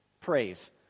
praise